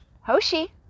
Hoshi